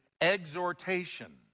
exhortation